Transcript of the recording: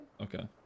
Okay